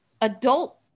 adult